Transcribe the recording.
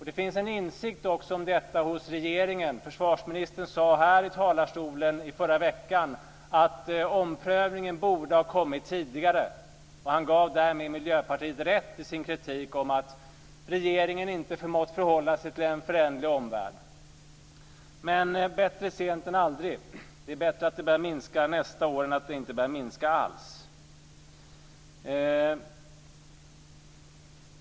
Det finns en insikt om detta också hos regeringen. Försvarsministern sade här i talarstolen i förra veckan att omprövningen borde ha kommit tidigare. Han gav därmed Miljöpartiet rätt i vår kritik mot att regeringen inte har förmått förhålla sig till en föränderlig omvärld. Men bättre sent än aldrig! Det är bättre att det börjar minska nästa år än att det inte börjar minska alls.